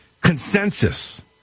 consensus